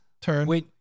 Turn